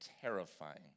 terrifying